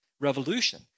Revolution